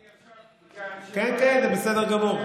אני ישבתי כאן, כן, כן, זה בסדר גמור.